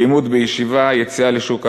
לימוד בישיבה, יציאה לשוק העבודה.